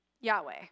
Yahweh